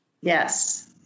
Yes